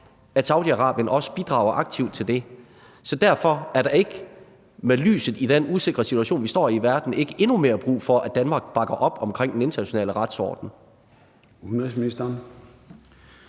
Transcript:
at Saudi-Arabien også bidrager aktivt til det. Så i lyset af den usikre situation, vi står i, har verden så ikke endnu mere brug for, at Danmark bakker op om den internationale retsorden? Kl.